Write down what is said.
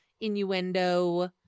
innuendo